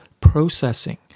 processing